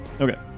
Okay